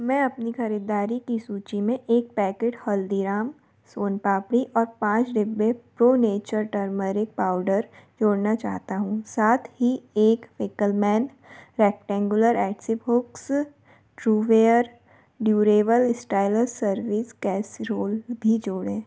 मैं अपनी खरीददारी की सूची में एक पैकेट हल्दीराम सोनपापड़ी और पाँच डिब्बे प्रो नेचर टर्मरीक पाउडर जोड़ना चाहता हूँ साथ ही एक Fackelmann rectangular adhesive hooks Trueware durable stylus service casserole भी जोड़ें